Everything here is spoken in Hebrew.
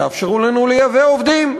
תאפשרו לנו לייבא עובדים,